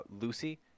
Lucy